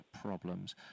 problems